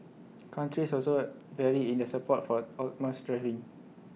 countries also vary in their support for autonomous driving